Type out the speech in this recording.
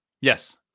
Yes